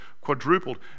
quadrupled